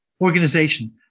organization